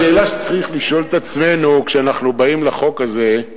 השאלה שצריך לשאול את עצמנו כשאנחנו באים לחוק הזה היא